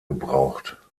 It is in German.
gebraucht